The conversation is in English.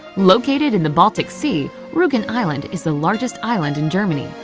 located in the baltic sea, rugen island is the largest island in germany,